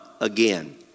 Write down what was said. again